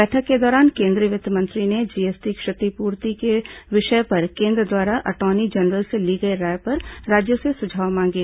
बैठक के दौरान केंद्रीय वित्त मंत्री ने जीएसटी क्षतिपूर्ति के विषय पर केन्द्र द्वारा अटॉर्नी जनरल से ली गई राय पर राज्यों से सुझाव मांगे